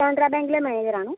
കാനറാ ബാങ്കിലെ മാനേജറാണോ